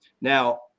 Now